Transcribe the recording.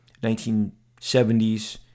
1970s